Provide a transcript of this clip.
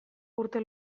urte